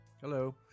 Hello